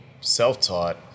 self-taught